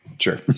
Sure